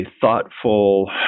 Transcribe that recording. thoughtful